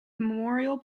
memorial